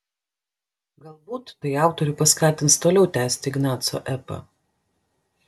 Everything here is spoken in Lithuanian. galbūt tai autorių paskatins toliau tęsti ignaco epą